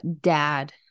dad